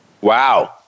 Wow